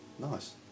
Nice